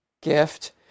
gift